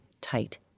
tight